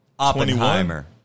Oppenheimer